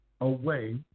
away